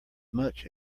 much